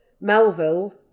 Melville